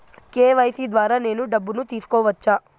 KYC ద్వారా నేను డబ్బును తీసుకోవచ్చా?